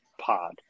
pod